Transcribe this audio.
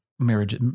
Marriage